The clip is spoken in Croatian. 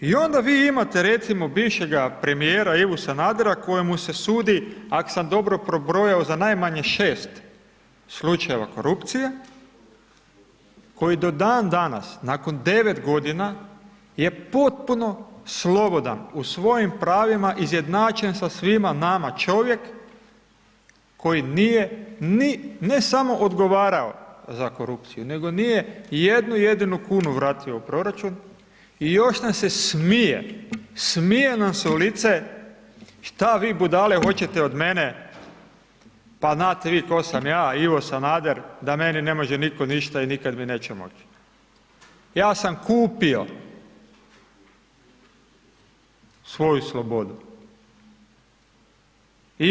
I onda vi imate recimo bivšega premijera Ivu Sanadera kojemu me se sudi, ak sam dobro pobrojao, za najmanje 6 slučajeva korupcije koji do dan danas nakon 9 godina je potpuno slobodan, u svojim pravima izjednačen sa svima nama, čovjek koji nije ni, ne samo odgovarao za korupciju, nego nije jednu jedinu kunu vratio u proračun i još nam se smije, smije nam se u lice, šta vi budale hoćete od mene, pa znate vi tko sam ja, Ivo Sanader, da meni ne može nitko ništa i nikad mi neće moći, ja sam kupio svoju slobodu.